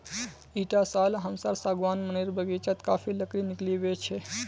इटा साल हमसार सागवान मनेर बगीचात काफी लकड़ी निकलिबे छे